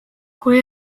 kui